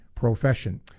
profession